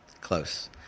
Close